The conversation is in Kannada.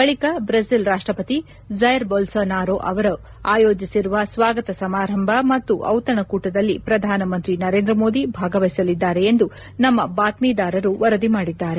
ಬಳಕ ಬ್ರೆಜಿಲ್ ರಾಷ್ಟಪತಿ ಜೈರ್ ಬೋಲ್ವೋನಾರೋ ಅವರ ಆಯೋಜಿಸಿರುವ ಸ್ನಾಗತ ಸಮಾರಂಭ ಮತ್ತು ದಿತಣಕೂಟದಲ್ಲಿ ಪ್ರಧಾನ ಮಂತ್ರಿ ನರೇಂದ್ರ ಮೋದಿ ಭಾಗವಹಿಸಲಿದ್ದಾರೆ ಎಂದು ನಮ್ನ ಬಾತ್ತೀದಾರರು ವರದಿ ಮಾಡಿದ್ದಾರೆ